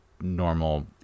normal